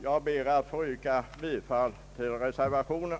Jag ber att få yrka bifall till reservationen.